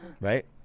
right